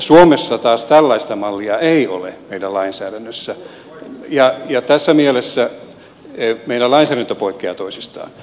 suomessa taas tällaista mallia ei ole meidän lainsäädännössämme ja tässä mielessä meidän lainsäädäntömme poikkeavat toisistaan